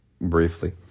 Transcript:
briefly